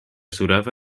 surava